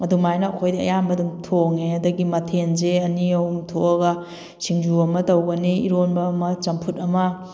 ꯑꯗꯨꯃꯥꯏꯅ ꯑꯩꯈꯣꯏꯗꯤ ꯑꯌꯥꯝꯕ ꯑꯗꯨꯝ ꯊꯣꯡꯉꯦ ꯑꯗꯒꯤ ꯃꯊꯦꯟꯁꯦ ꯑꯅꯤ ꯑꯍꯨꯝ ꯊꯣꯛꯑꯒ ꯁꯤꯡꯖꯨ ꯑꯃ ꯇꯧꯒꯅꯤ ꯏꯔꯣꯝꯕ ꯑꯃ ꯆꯝꯐꯨꯠ ꯑꯃ